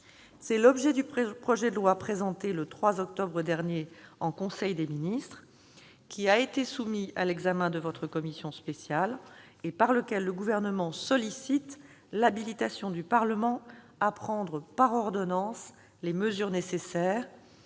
C'est l'objet du présent projet de loi, présenté le 3 octobre dernier en Conseil des ministres et soumis à l'examen de votre commission spéciale, par lequel le Gouvernement sollicite l'habilitation du Parlement à prendre par ordonnance les mesures nécessaires,